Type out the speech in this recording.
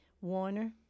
Warner